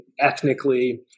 ethnically